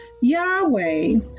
Yahweh